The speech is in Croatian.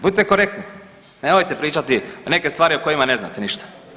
Budite korektni, nemojte pričati neke ostvari o kojima ne znate ništa.